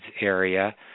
area